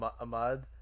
Ahmad